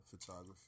photography